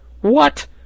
What